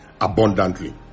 abundantly